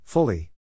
Fully